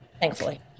Thankfully